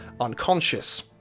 unconscious